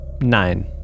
Nine